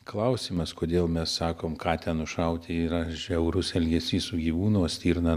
klausimas kodėl mes sakom katę nušauti yra žiaurus elgesys su gyvūnu o stirna